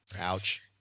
Ouch